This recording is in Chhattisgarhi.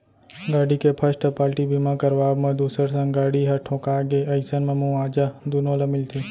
गाड़ी के फस्ट पाल्टी बीमा करवाब म दूसर संग गाड़ी ह ठोंका गे अइसन म मुवाजा दुनो ल मिलथे